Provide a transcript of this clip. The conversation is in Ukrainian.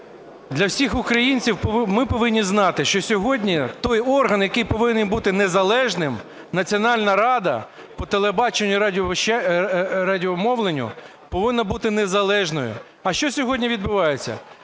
до всіх українців. Ми повинні знати, що сьогодні той орган, який повинен бути незалежним, Національна рада по телебаченню і радіомовленню, повинна бути незалежною. А що сьогодні відбувається?